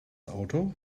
auto